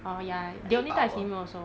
orh ya the only time I see him also